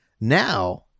Now